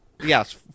Yes